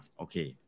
okay